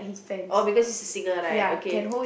oh because she's a singer right okay